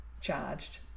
charged